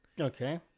Okay